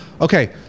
okay